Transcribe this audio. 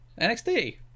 NXT